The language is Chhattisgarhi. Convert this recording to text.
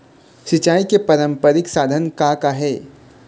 सिचाई के पारंपरिक साधन का का हे?